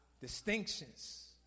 Distinctions